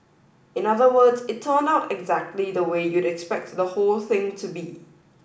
in other words it turned out exactly the way you'd expect the whole thing to be